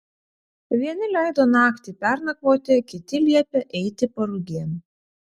vieni leido naktį pernakvoti kiti liepė eiti parugėn